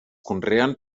conreen